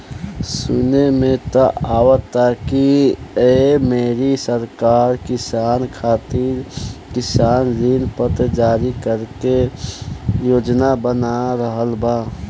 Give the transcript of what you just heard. सुने में त आवता की ऐ बेरी सरकार किसान खातिर किसान ऋण पत्र जारी करे के योजना बना रहल बा